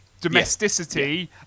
domesticity